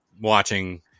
watching